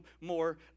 more